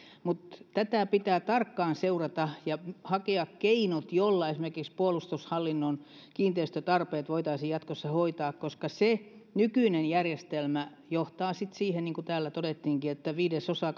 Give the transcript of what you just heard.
mutta tätä pitää tarkkaan seurata ja hakea keinot joilla esimerkiksi puolustushallinnon kiinteistötarpeet voitaisiin jatkossa hoitaa koska nykyinen järjestelmä johtaa sitten siihen niin kuin täällä todettiinkin että viidesosa